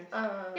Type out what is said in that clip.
ah ah ah